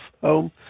home